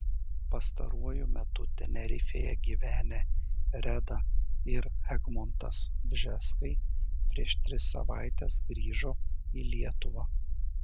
pastaruoju metu tenerifėje gyvenę reda ir egmontas bžeskai prieš tris savaites grįžo į lietuvą